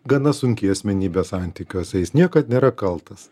gana sunki asmenybė santykiuose jis niekad nėra kaltas